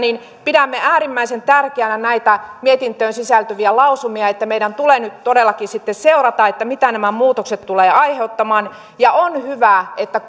pidämme äärimmäisen tärkeinä näitä mietintöön sisältyviä lausumia meidän tulee nyt todellakin sitten seurata mitä nämä muutokset tulevat aiheuttamaan on hyvä että